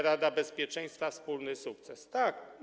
Rada Bezpieczeństwa, wspólny sukces - tak.